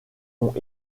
ont